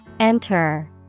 Enter